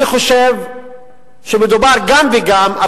אני חושב שמדובר גם וגם,